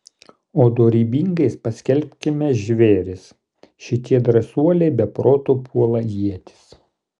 o dorybingais paskelbkime žvėris šitie drąsuoliai be proto puola ietis